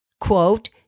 quote